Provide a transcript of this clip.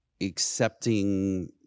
accepting